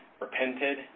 repented